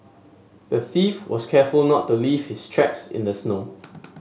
the thief was careful not to leave his tracks in the snow